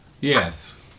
Yes